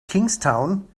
kingstown